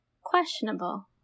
questionable